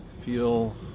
Feel